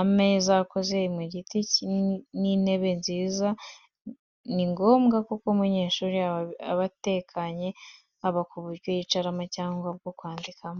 Ameza akoze mu giti n'intebe nziza ni ngombwa kuko umunyeshuri aba atekanye, haba mu buryo yicayemo cyangwa ubwo yandikamo.